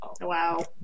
wow